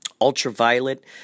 ultraviolet